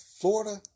Florida